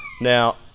Now